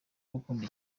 gukunda